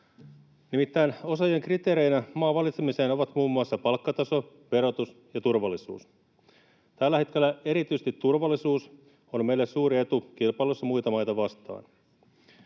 Nimittäin osaajien kriteereinä maan valitsemiseen ovat muun muassa palkkataso, verotus ja turvallisuus. Tällä hetkellä erityisesti turvallisuus on meille suuri etu kilpailussa muita maita vastaan.